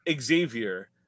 Xavier